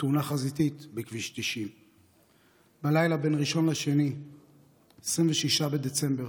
בתאונה חזיתית בכביש 90. בלילה בין ראשון לשני 26 בדצמבר